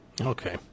Okay